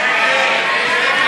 סעיף 17,